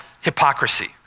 hypocrisy